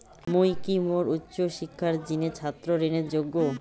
মুই কি মোর উচ্চ শিক্ষার জিনে ছাত্র ঋণের যোগ্য?